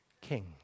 king